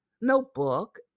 notebook